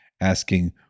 asking